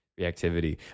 reactivity